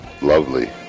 Lovely